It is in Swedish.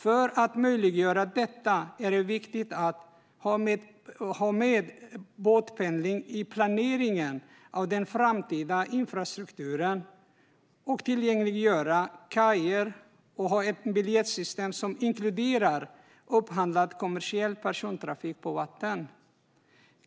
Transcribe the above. För att möjliggöra detta är det viktigt att ha med båtpendling i planeringen av den framtida infrastrukturen och tillgängliggöra kajer och ha ett biljettsystem som inkluderar upphandlad kommersiell persontrafik på vatten.